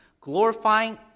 glorifying